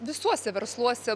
visuose versluose